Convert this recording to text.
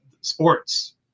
sports